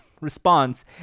response